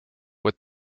with